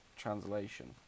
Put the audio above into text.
translation